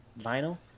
vinyl